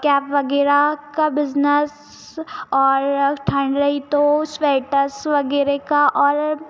cap वगैरह का business और ठंड रही तो स्वेटरस वगैरह का और